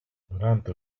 durante